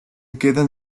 quedan